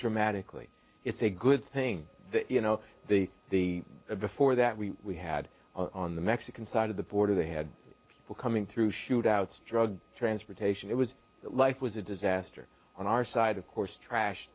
dramatically it's a good thing you know the the before that we we had on the mexican side of the border they had people coming through shootouts drug transportation it was life a disaster on our side of course